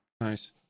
Nice